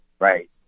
Right